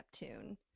Neptune